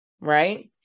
right